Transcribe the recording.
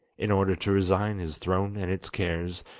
in order to resign his throne and its cares,